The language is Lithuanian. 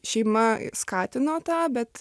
šeima skatino tą bet